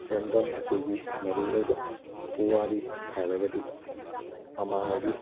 ꯏꯔꯝꯗꯝ ꯑꯁꯤꯒꯤ ꯃꯔꯨ ꯑꯣꯏꯕ ꯄꯨꯋꯥꯔꯤ ꯍꯥꯏꯔꯒꯗꯤ ꯃꯃꯥꯡꯉꯩꯒꯤ